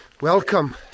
Welcome